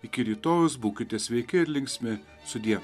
iki rytojaus būkite sveiki ir linksmi sudie